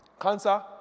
cancer